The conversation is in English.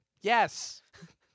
Yes